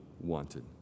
wanted